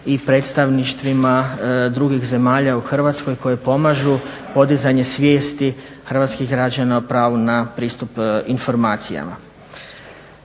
i predstavništvima drugih zemalja u Hrvatskoj koje pomažu podizanje svijesti hrvatskih građana o pravu na pristup informacijama.